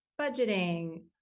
budgeting